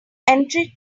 entry